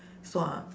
so uh